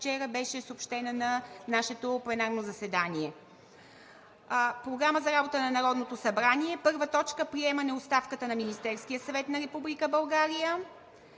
вчера беше съобщена на нашето пленарно заседание. Програма за работата на Народното събрание: „1. Приемане оставката на Министерския съвет на Република България.